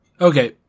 Okay